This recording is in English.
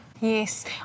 Yes